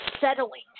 settling